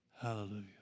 hallelujah